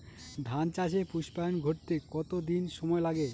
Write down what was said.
ধান চাষে পুস্পায়ন ঘটতে কতো দিন সময় লাগে?